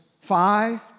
Five